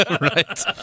Right